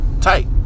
tight